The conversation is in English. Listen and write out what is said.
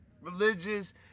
religious